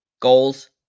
goals